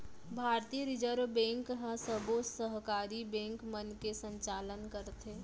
भारतीय reserve bank ह सबो सहकारी बेंक मन के संचालन करथे